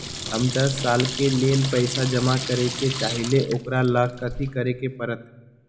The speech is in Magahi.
हम दस साल के लेल पैसा जमा करे के चाहईले, ओकरा ला कथि करे के परत?